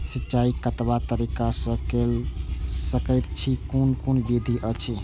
सिंचाई कतवा तरीका स के कैल सकैत छी कून कून विधि अछि?